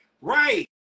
Right